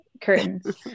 curtains